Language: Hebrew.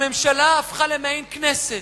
הממשלה הפכה למעין כנסת.